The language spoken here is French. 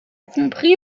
compris